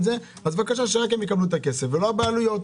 זה - שרק הם יקבלו את הכסף ולא הבעלויות.